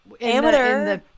Amateur